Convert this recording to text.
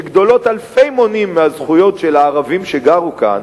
שגדולות אלפי מונים מהזכויות של הערבים שגרו כאן,